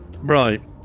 Right